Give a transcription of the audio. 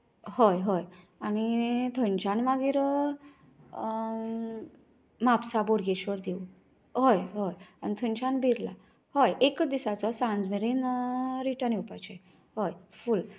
हय हय आनी थंयच्यान मागीर म्हापसा बोडगेश्वर देवूळ हय हय थंयच्यान मागीर बिर्ला हय एक दिसांचो सांज मेरेन रिटर्न येवपाचे हय फुल